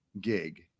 gig